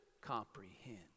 comprehend